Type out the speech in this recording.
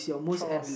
chores